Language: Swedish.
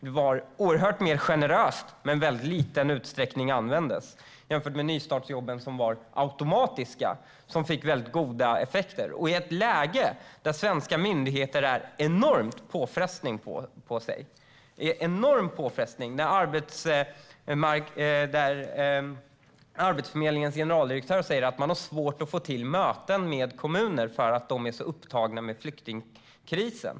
Det var en mycket mer generös form men användes i väldigt liten utsträckning jämfört med nystartsjobben, som var automatiska och gav goda resultat. Vi är i ett läge där svenska myndigheter är enormt pressade. Arbetsförmedlingens generaldirektör säger att de har svårt att få till möten med kommuner för att de är så upptagna med flyktingkrisen.